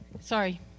sorry